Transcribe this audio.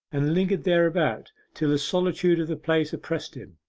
and lingered thereabout till the solitude of the place oppressed him,